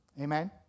Amen